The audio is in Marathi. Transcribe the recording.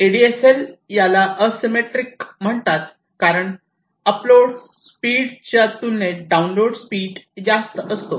एडीएसएल ला एसिमेट्रिक म्हणतात कारण अपलोड स्पीडच्या तुलनेत डाउनलोड स्पीड जास्त असतो